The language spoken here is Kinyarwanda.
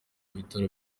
bitaro